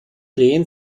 drehen